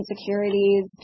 insecurities